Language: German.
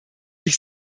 ich